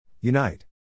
Unite